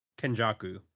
Kenjaku